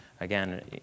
again